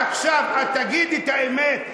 עכשיו, את תגידי את האמת.